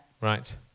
right